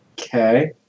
Okay